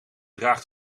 draagt